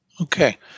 okay